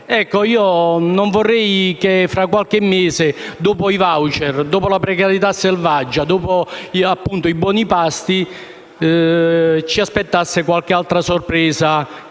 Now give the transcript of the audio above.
Non vorrei vedere fra qualche mese, dopo i *voucher*, dopo la precarietà selvaggia e dopo i buoni pasto, qualche altra sorpresa,